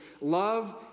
Love